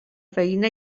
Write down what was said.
veïna